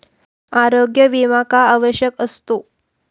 आरोग्य विमा का आवश्यक असतो?